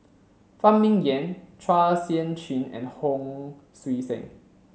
Phan Ming Yen Chua Sian Chin and Hon Sui Sen